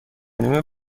نیم